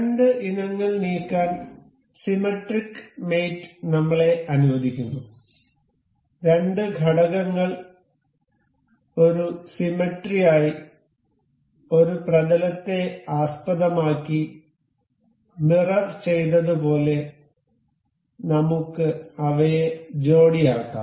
രണ്ട് ഇനങ്ങൾ നീക്കാൻ സിമെട്രിക് മേറ്റ് നമ്മളെ അനുവദിക്കുന്നു രണ്ട് ഘടകങ്ങൾ ഒരു സിമെട്രിയായി ഒരു പ്രതലത്തെ ആസ്പദമാക്കി മിറർ ചെയ്തതുപോലെ നമുക്ക് അവയെ ജോടിയാക്കാം